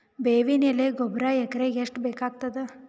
ಬೇವಿನ ಎಲೆ ಗೊಬರಾ ಎಕರೆಗ್ ಎಷ್ಟು ಬೇಕಗತಾದ?